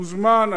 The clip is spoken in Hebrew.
מוזמן,